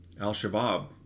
Al-Shabaab